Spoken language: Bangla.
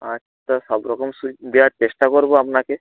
আচ্ছা সব রকম সুইচ দেওয়ার চেষ্টা করবো আপনাকে